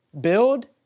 build